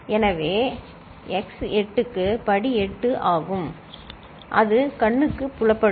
எனவே x 8 க்கு படி 8 ஆகும் அது கண்ணுக்கு புலப்படும்